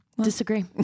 disagree